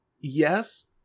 yes